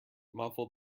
muffled